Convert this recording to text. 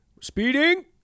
Speeding